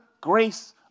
grace